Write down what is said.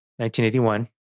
1981